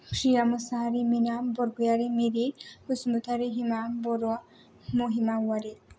Priya Mosahary Mina Borgoyary Meri Basumatary Hima Boro Mahima Owary